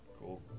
Cool